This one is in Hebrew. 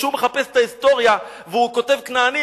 כשהוא מחפש את ההיסטוריה והוא כותב: "כנענים",